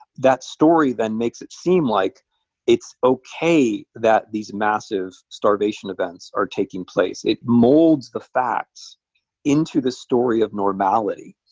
that story then makes it seem like it's okay that these massive starvation events are taking place. it molds the facts into the story of normality.